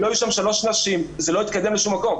אם לא יהיו שם שלוש נשים, זה לא יתקדם לשום מקום.